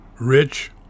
Rich